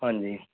ਹਾਂਜੀ